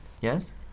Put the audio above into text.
Yes